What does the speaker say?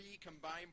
combined